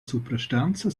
suprastanza